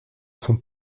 son